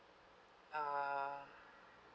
uh